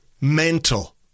mental